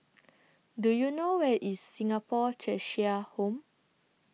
Do YOU know Where IS Singapore Cheshire Home